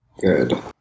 Good